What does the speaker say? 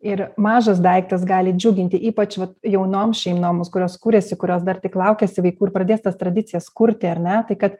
ir mažas daiktas gali džiuginti ypač jaunoms šeimoms kurios kuriasi kurios dar tik laukiasi vaikų ir pradės tas tradicijas kurti ar ne tai kad